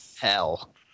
hell